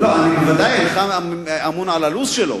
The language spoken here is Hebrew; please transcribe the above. בוודאי אינך אמון על הלו"ז שלו,